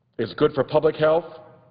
is good for public health,